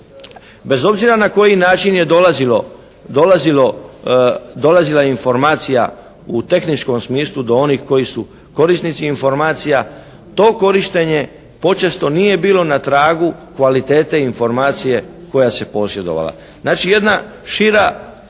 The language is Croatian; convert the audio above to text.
bez obzira na koji način je dolazila informacija u tehničkom smislu do onih koji su korisnici informacija to korištenje počesto nije bilo na tragu kvalitete informacije koja se je posjedovala. Znači jedna šira